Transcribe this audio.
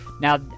Now